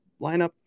lineup